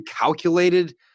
calculated